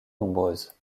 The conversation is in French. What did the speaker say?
nombreuses